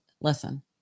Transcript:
listen